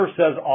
says